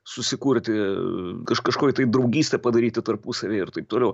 susikurti kaž kažkokią tai draugystę padaryti tarpusavyje ir taip toliau